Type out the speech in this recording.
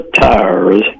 tires